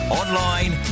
online